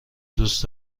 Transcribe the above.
دوست